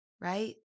Right